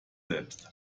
selbst